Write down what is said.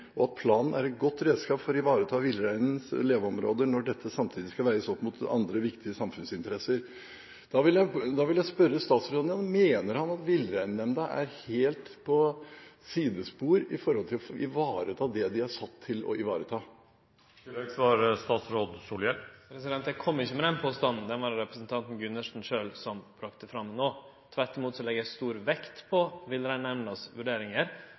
og at planen er et godt redskap for å ivareta villreinens leveområder når dette samtidig skal veies opp mot andre viktige samfunnsinteresser. Da vil jeg igjen spørre statsråden: Mener han at Villreinnemda er helt på et sidespor når det gjelder å ivareta det de er satt til å ivareta? Eg kom ikkje med den påstanden. Det var representanten Gundersen sjølv som kom med han no. Tvert imot legg eg stor vekt på